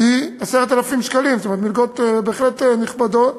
היא 10,000 שקלים, זאת אומרת מלגות בהחלט נכבדות.